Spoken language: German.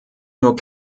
nur